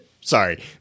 Sorry